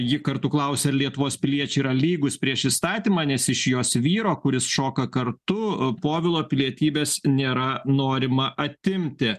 ji kartu klausia ar lietuvos piliečiai yra lygūs prieš įstatymą nes iš jos vyro kuris šoka kartu povilo pilietybės nėra norima atimti